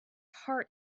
heart